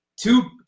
two –